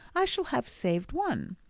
i shall have saved one.